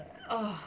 oh